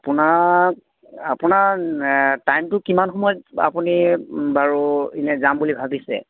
আপোনাৰ আপোনাৰ টাইমটো কিমান সময়ত আপুনি বাৰু এনে যাম বুলি ভাবিছে